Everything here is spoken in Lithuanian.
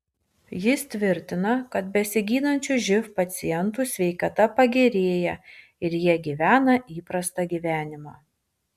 jis tvirtina kad besigydančių živ pacientų sveikata pagerėja ir jie gyvena įprastą gyvenimą